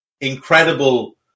incredible